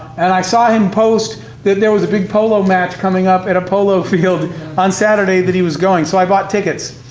and i saw him post that there was a big polo match coming up at a polo field on saturday that he was going. so i bought tickets,